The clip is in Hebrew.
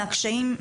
מהקשיים?